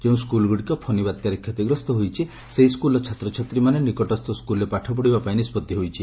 ଯେଉଁ ସ୍କୁଲଗୁଡ଼ିକ ଫନି ବାତ୍ୟାରେ କ୍ଷତିଗ୍ରସ୍ତ ହୋଇଛି ସେହି ସ୍କୁଲର ଛାତ୍ରଛାତ୍ରୀମାନେ ନିକଟସ୍ସ ସ୍କୁଲ୍ରେ ପାଠ ପଢ଼ିବା ପାଇଁ ନିଷ୍ବଉି ହୋଇଛି